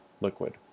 liquid